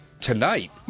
tonight